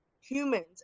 humans